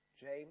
James